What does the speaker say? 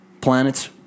Planets